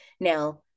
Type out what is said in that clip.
Now